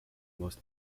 most